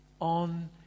On